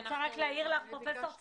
אני רק רוצה להעיר לך, פרופסור סדצקי,